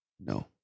no